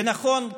ונכון,